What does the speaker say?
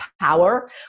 power